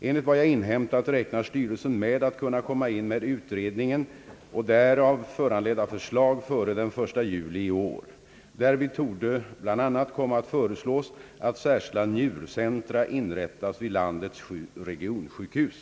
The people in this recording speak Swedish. Enligt vad jag inhämtat räknar styrelsen med att kunna komma in med utredningen och därav föranledda förslag före den 1 juli i år. Därvid torde bland annat komma att föreslås att särskilda njurcentra inrättas vid landets sju regionsjukhus.